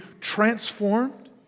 transformed